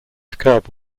curb